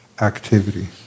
activity